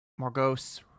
morgos